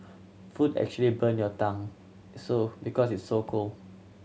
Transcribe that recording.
food actually burn your tongue so because it's so cold